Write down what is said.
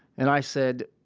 and i said,